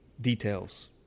details